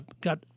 got